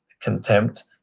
contempt